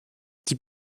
die